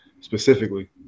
specifically